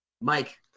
Mike